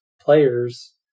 players